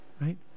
right